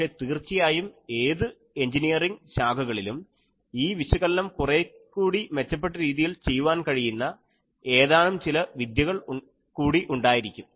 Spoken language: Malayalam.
പക്ഷേ തീർച്ചയായും ഏതു എൻജിനീയറിങ് ശാഖകളിലും ഈ വിശകലനം കുറെകൂടി മെച്ചപ്പെട്ട രീതിയിൽ ചെയ്യുവാൻ കഴിയുന്ന ഏതാനും ചില വിദ്യകൾ കൂടി ഉണ്ടായിരിക്കും